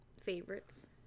favorites